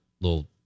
little